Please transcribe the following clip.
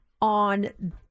on